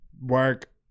work